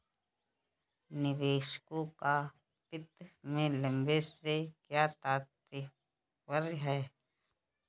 निवेशकों का वित्त में लंबे से क्या तात्पर्य है?